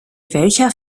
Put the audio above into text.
welcher